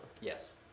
Yes